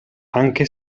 anche